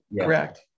correct